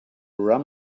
rum